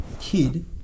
kid